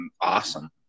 awesome